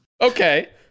Okay